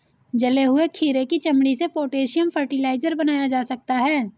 जले हुए खीरे की चमड़ी से पोटेशियम फ़र्टिलाइज़र बनाया जा सकता है